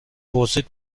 پرسید